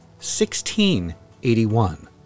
1681